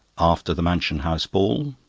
after the mansion house ball.